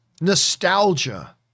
nostalgia